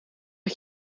dat